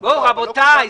העובדים.